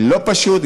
לא פשוט.